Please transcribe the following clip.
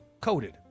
coated